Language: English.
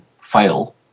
fail